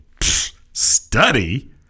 study